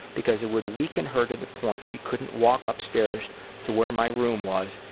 because it would weaken her to the point she couldn't walk upstairs to where my room was,